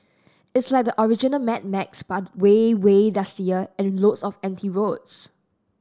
it's like the original Mad Max but way way dustier and lots of empty roads